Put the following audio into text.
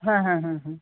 হ্যাঁ হ্যাঁ হ্যাঁ হ্যাঁ